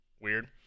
Weird